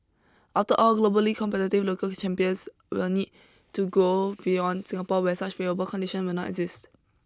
after all globally competitive local champions will need to grow beyond Singapore where such favourable condition will not exist